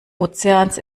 ozeans